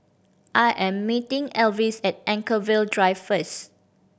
I am meeting Alvis at Anchorvale Drive first